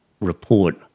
report